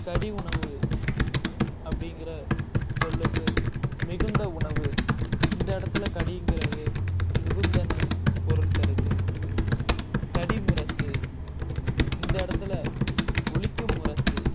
கடி உணவு அப்படிங்கிற சொல்லுக்கு மிகுந்த உணவு இந்த இடத்துல கடிங்கிறது மிகுந்தன்னு பொருள் தருது கடிமுரசு இந்த இடத்துல ஒலிக்கும் முரசு